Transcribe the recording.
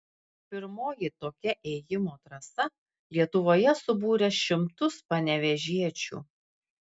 pirmoji tokia ėjimo trasa lietuvoje subūrė šimtus panevėžiečių